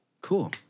Cool